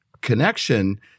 connection